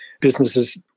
businesses